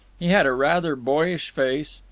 he had a rather boyish face,